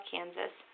Kansas